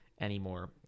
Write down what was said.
anymore